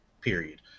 period